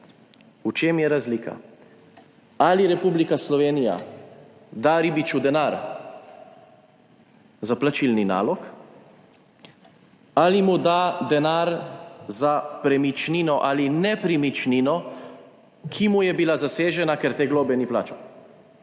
V čem je razlika? Ali Republika Slovenija da ribiču denar za plačilni nalog ali mu da denar za premičnino ali nepremičnino, ki mu je bila zasežena, ker te globe ni plačal?